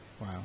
Wow